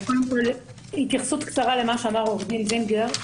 קודם כל, התייחסות קצרה למה שאמר עורך דין זינגר.